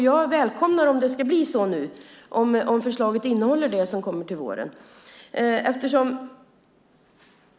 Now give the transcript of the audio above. Jag välkomnar om det ska bli så nu och om det förslag som kommer till våren innehåller det.